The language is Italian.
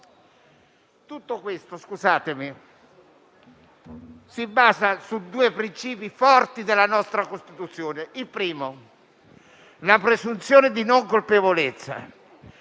Tutto questo si basa su due principi forti della nostra Costituzione. Il primo principio, riguardante la presunzione di non colpevolezza,